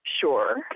Sure